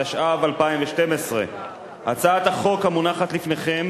התשע"ב 2012. הצעת החוק המונחת לפניכם